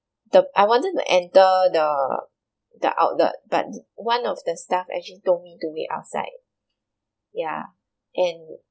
the I wanted to enter the the outlet but one of the staff actually told me to me outside ya and